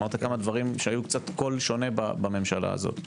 דברים שהיו קול שונה בממשלה הזו.